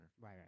right